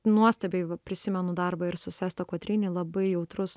nuostabiai prisimenu darbą ir su sesto quatrini labai jautrus